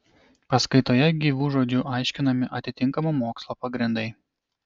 paskaitoje gyvu žodžiu aiškinami atitinkamo mokslo pagrindai